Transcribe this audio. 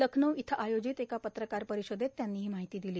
लखनऊ इथं आयोजित एका पत्रकार परिषदेत त्यांनी ही माहिती दिली